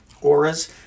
auras